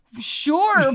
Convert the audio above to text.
Sure